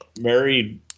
married